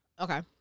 Okay